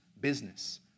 business